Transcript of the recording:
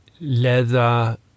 Leather